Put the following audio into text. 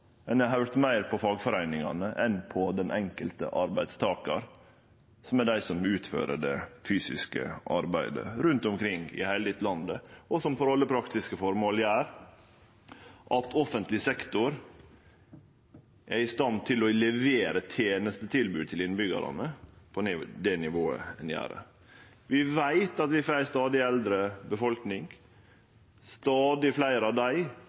ein har høyrt meir på fagforeiningane enn på den enkelte arbeidstakaren, som er han som utfører det fysiske arbeidet rundt omkring i heile dette landet, og som for alle praktiske formål gjer at offentleg sektor er i stand til å levere tenestetilbod til innbyggjarane på det nivået ein gjer. Vi veit at vi får ei stadig eldre befolkning. Stadig fleire av dei